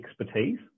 expertise